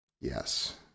yes